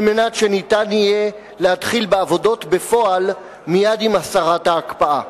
מנת שניתן יהיה להתחיל בעבודות בפועל מייד עם הסרת ההקפאה.